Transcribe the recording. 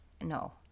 no